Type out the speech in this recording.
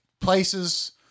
places